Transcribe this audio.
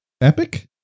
Epic